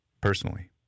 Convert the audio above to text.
personally